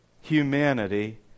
humanity